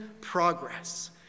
progress